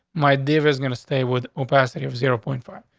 my dave is going to stay with opacity of zero point four.